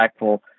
impactful